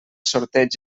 sorteig